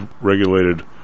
regulated